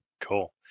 Cool